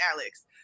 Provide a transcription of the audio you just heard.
Alex